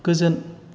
गोजोन